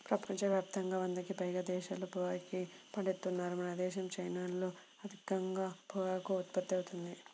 ప్రపంచ యాప్తంగా వందకి పైగా దేశాల్లో పొగాకుని పండిత్తన్నారు మనదేశం, చైనాల్లో అధికంగా పొగాకు ఉత్పత్తి అవుతుంది